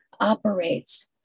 operates